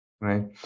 right